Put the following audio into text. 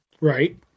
Right